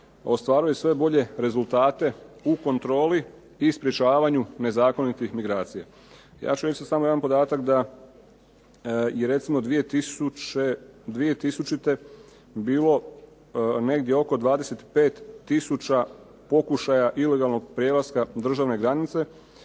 ostvaruje sve bolje rezultate u kontroli i sprječavanju nezakonitih migracija. Ja ću reći samo jedan podatak da je recimo 2000. bilo negdje oko 25 tisuća pokušaja ilegalnog prelaska državne granice,